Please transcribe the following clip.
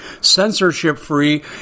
censorship-free